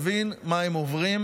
וגם כדי להבין מה הם עוברים,